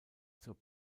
zur